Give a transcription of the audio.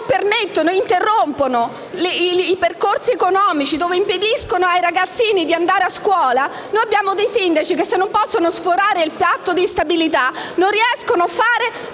che interrompono i percorsi economici e impediscono ai ragazzini di andare a scuola i sindaci, se non possono sforare il Patto di stabilità, non riescono a fare